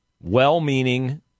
well-meaning